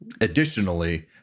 Additionally